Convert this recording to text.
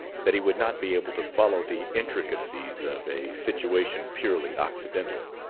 that he would not be able to follow the intricacies of a situation purely occidental.